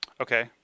Okay